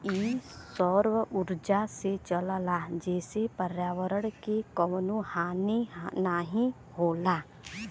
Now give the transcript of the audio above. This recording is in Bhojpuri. इ सौर उर्जा से चलला जेसे पर्यावरण के कउनो हानि नाही होला